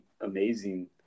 amazing